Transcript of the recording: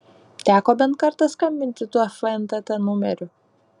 teko bent kartą skambinti tuo fntt numeriu